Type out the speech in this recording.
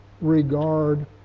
regard